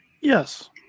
Yes